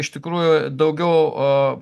iš tikrųjų daugiau a